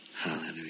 Hallelujah